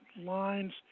lines